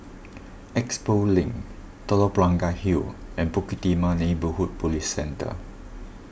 Expo Link Telok Blangah Hill and Bukit Timah Neighbourhood Police Centre